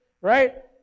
right